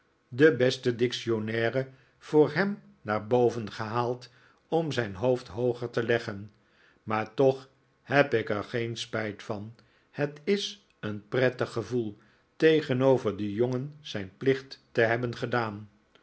de beste dictionnaire voor hem naar boven gehaald om zijn hoofd hooger te leggen maar toch heb ik er geen spijt van het is n prettig gevoel tegenover den jongen zijn plicht te hebben gedaan